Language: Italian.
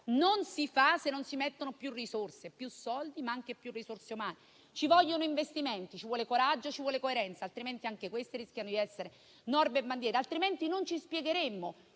non si fa se non si stanziano più soldi, ma anche più risorse umane. Ci vogliono investimenti, ci vuole coraggio, ci vuole coerenza, altrimenti anche queste rischiano di essere norme bandiera. Non ci spiegheremmo